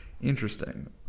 interesting